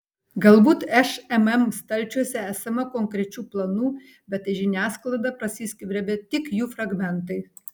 galbūt šmm stalčiuose esama konkrečių planų bet į žiniasklaidą prasiskverbia tik jų fragmentai